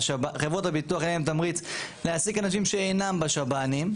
חברות הביטוח יהיה להם תמריץ להעסיק אנשים שאינם בשב"נים.